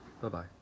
Bye-bye